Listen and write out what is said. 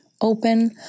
open